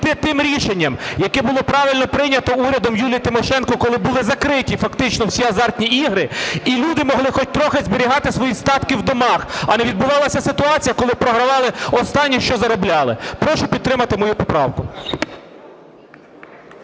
тим рішенням, яке було правильно прийняте урядом Юлії Тимошенко, коли були закритті фактично всі азартні ігри і люди могли хоч трохи зберігати свої статки в домах, а не відбувалася ситуація коли програвали останнє, що заробляли. Прошу підтримати мою поправку.